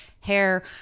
hair